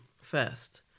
first